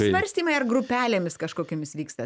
svarstymai ar grupelėmis kažkokiomis vyksta